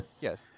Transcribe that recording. Yes